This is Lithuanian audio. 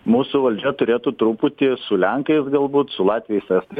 mūsų valdžia turėtų truputį su lenkais galbūt su latviais estais